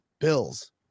bills